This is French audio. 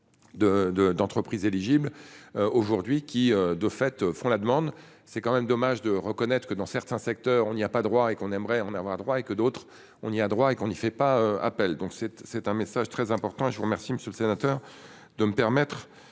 d'entreprises éligibles. Aujourd'hui qui de fait font la demande, c'est quand même dommage de reconnaître que dans certains secteurs on n'y a pas droit et qu'on aimerait en avoir droit et que d'autres. On y a droit et qu'on ne fait pas appel donc c'est, c'est un message très important et je vous remercie monsieur le sénateur, de me permettre